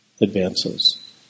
advances